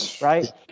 right